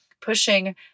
pushing